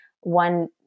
one